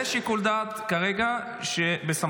זה שיקול דעת שכרגע בסמכותי.